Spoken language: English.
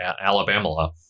Alabama